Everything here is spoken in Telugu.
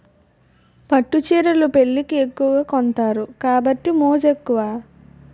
పట్టు చీరలు పెళ్లికి ఎక్కువగా కొంతారు కాబట్టి మోజు ఎక్కువ